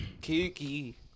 Kiki